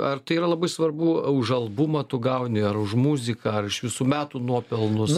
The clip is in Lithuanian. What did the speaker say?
ar tai yra labai svarbu už albumą tu gauni ar už muzikąar už visų metų nuopelnus